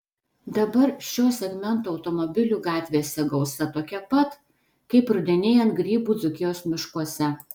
dabar šio segmento automobilių gatvėse gausa tokia pat kaip rudenėjant grybų dzūkijos miškuose